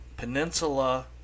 peninsula